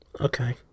Okay